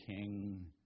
king